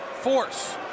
force